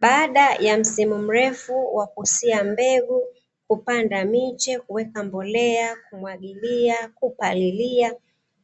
Baada ya msimu mrefu wa kusia mbegu kupanda miche, kuweka mbolea, kumwagilia, kupalilia